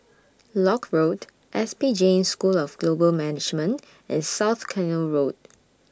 Lock Road S P Jain School of Global Management and South Canal Road